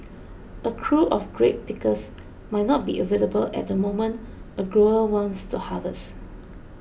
a crew of grape pickers might not be available at the moment a grower wants to harvest